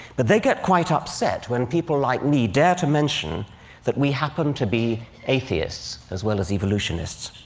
but they get quite upset when people like me dare to mention that we happen to be atheists as well as evolutionists.